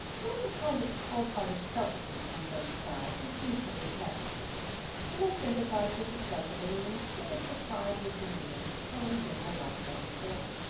there was a kind of cold hearted selfishness on both sides, which mutually attracted them and they sympathised with each other in an insipid propriety of demeanor, and a general want of understanding.